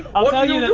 i'll tell you